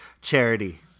charity